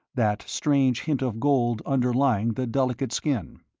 that strange hint of gold underlying the delicate skin,